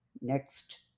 Next